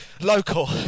local